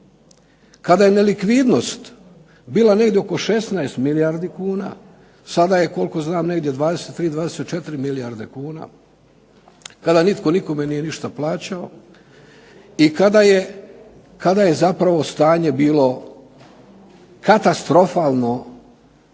kada je nelikvidnost bila negdje oko 16 milijardi kuna, sada je koliko znam negdje 23, 24 milijarde kuna, kada nitko nikome nije ništa plaćao i kada je zapravo stanje bilo katastrofalno